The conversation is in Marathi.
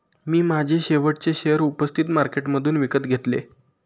मी माझे शेवटचे शेअर उपस्थित मार्केटमधून विकत घेतले